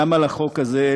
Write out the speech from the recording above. גם על החוק הזה,